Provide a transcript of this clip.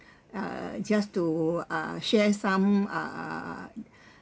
uh just to uh share some uh uh